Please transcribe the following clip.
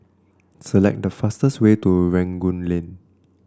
select the fastest way to Rangoon Lane